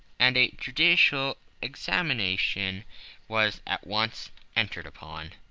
and a judicial examination was at once entered upon.